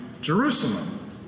Jerusalem